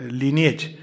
lineage